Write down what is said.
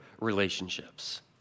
relationships